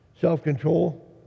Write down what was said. self-control